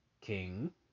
King